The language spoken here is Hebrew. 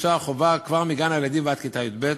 כמקצוע חובה כבר מגן-הילדים ועד כיתה י"ב.